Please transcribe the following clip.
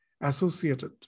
associated